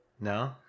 No